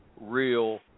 real